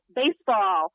baseball